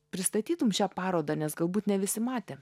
pristatytum šią parodą galbūt ne visi matė